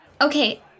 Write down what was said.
Okay